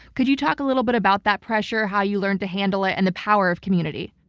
could you talk a little bit about that pressure, how you learned to handle it and the power of community?